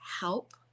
help